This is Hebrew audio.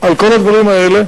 על כל הדברים האלה